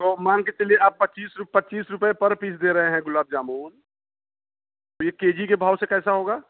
तो मान कर चलिए आप पच्चीस पच्चीस रुपये पर पीस दे रहे हैं गुलाब जामुन तो ये के जी के भाव से कैसा होगा